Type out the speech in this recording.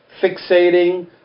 fixating